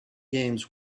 games